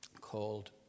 called